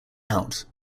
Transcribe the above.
out